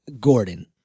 Gordon